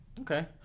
Okay